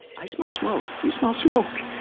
i smell smoke. do you smell smoke?